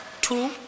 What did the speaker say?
Two